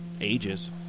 ages